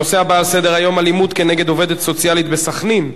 הנושא הבא על סדר-היום: אלימות כנגד עובדת סוציאלית בסח'נין,